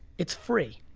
it's free.